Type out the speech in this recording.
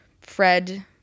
fred